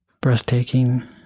breathtaking